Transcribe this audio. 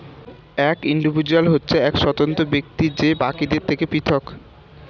একজন ইন্ডিভিজুয়াল হচ্ছে এক স্বতন্ত্র ব্যক্তি যে বাকিদের থেকে পৃথক